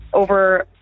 over